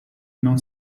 non